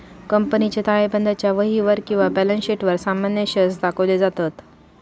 कंपनीच्या ताळेबंदाच्या वहीवर किंवा बॅलन्स शीटवर सामान्य शेअर्स दाखवले जातत